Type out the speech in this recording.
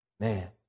Man